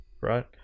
right